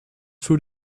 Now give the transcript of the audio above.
food